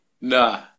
Nah